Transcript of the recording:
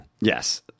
Yes